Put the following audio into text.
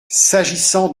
s’agissant